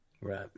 Right